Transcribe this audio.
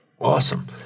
awesome